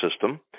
system